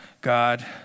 God